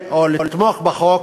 או לתמוך בחוק,